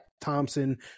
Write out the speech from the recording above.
thompson